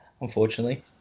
unfortunately